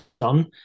done